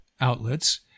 outlets